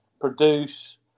Produce